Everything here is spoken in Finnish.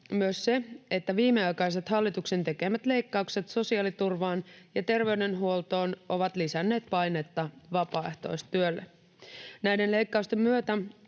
myös se, että viimeaikaiset hallituksen tekemät leikkaukset sosiaaliturvaan ja terveydenhuoltoon ovat lisänneet painetta vapaaehtoistyölle. Näiden leikkausten myötä